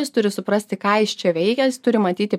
jis turi suprasti ką jis čia veikia jis turi matyti